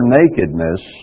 nakedness